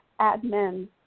admin